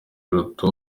uruta